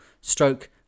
stroke